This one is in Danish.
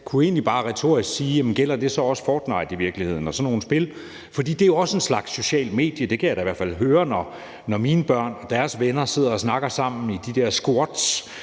kunne egentlig bare retorisk sige: Gælder det så i virkeligheden også »Fortnite« og sådan nogle spil? For det er jo også en slags socialt medie. Det kan jeg da i hvert fald høre, når mine børn og deres venner sidder og snakker sammen i de der squads,